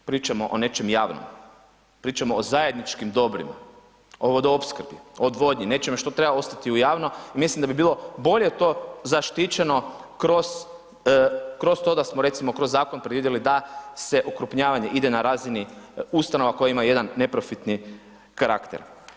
Pričamo o nečem javnom, pričamo o zajedničkim dobrima, o vodoopskrbi, odvodnji, nečemu što treba ostati u javno i mislim da bi bilo bolje to zaštićeno kroz to da smo recimo kroz zakon predvidjeli da se ukrupnjavanje ide na razini ustanova koje imaju jedan neprofitni karakter.